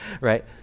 right